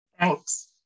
Thanks